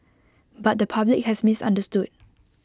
but the public has misunderstood